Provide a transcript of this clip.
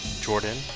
Jordan